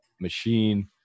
machine